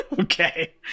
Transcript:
Okay